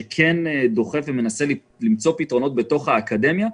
שכן דוחף ומנסה למצוא פתרונות בתוך האקדמיה.